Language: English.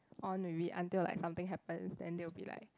on with it until like something happens then they'll be like